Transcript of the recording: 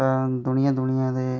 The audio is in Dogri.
दुनिया दुनिया दे